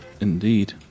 Indeed